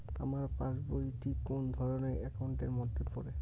আমার পাশ বই টি কোন ধরণের একাউন্ট এর মধ্যে পড়ে?